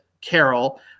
carol